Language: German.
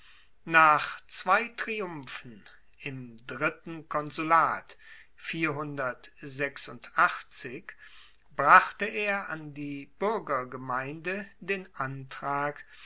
nach zwei triumphen im dritten konsulat brachte er an die buergergemeinde den antrag